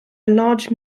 large